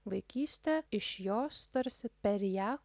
vaikystė iš jos tarsi per ją